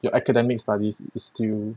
your academic studies is still